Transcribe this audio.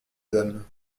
donne